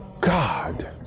God